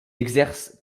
exerce